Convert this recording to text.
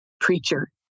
preacher